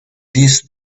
these